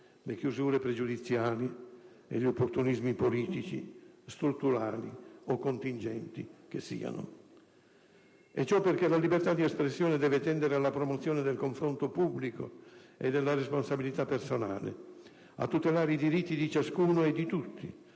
le chiusure pregiudiziali e gli opportunismi politici, strutturali o contingenti che siano. Ciò, perché la libertà di espressione deve tendere alla promozione del confronto pubblico e della responsabilità personale, a tutelare i diritti di ciascuno e di tutti,